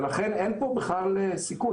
ולכן אין פה בכלל סיכון,